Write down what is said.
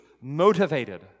motivated